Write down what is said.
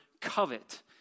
covet